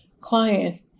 client